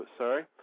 sorry